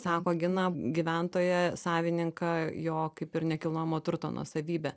sako gina gyventoją savininką jo kaip ir nekilnojamo turto nuosavybę